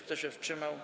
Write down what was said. Kto się wstrzymał?